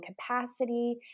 capacity